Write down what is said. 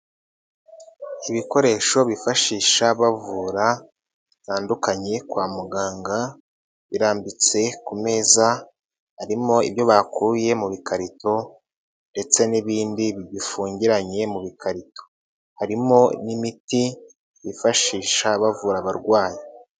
Ibikoresho bifashisha bavura bitandukanye kwa muganga, birambitse ku meza harimo, harimo ibyo bakuye mu bikarito ndetse n'ibindi bifungiranye mu bikarito, harimo n'imiti bifashisha bavura abarwayi.